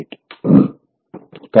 98